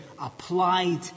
applied